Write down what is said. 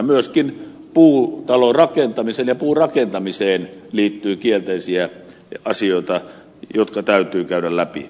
myöskin puutalorakentamiseen ja puurakentamiseen liittyy kielteisiä asioita jotka täytyy käydä läpi